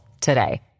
today